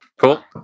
Cool